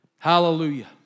Hallelujah